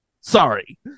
sorry